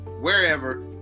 wherever